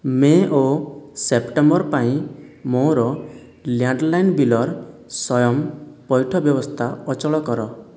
ମେ ଓ ସେପ୍ଟେମ୍ବର ପାଇଁ ମୋର ଲ୍ୟାଣ୍ଡଲାଇନ୍ ବିଲ୍ର ସ୍ଵୟଂ ପଇଠ ବ୍ୟବସ୍ଥା ଅଚଳ କର